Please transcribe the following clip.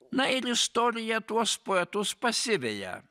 na ir istorija tuos poetus pasiveja